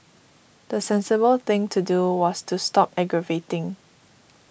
the sensible thing to do was to stop aggravating